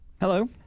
Hello